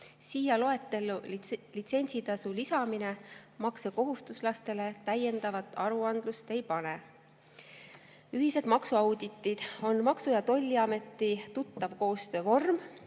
Siia loetellu litsentsitasu lisamine maksekohustuslastele täiendava aruandluse kohustust ei pane. Ühised maksuauditid on Maksu‑ ja Tolliametile tuttav koostöövorm.